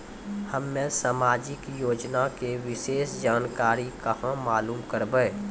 हम्मे समाजिक योजना के विशेष जानकारी कहाँ मालूम करबै?